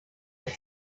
have